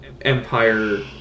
Empire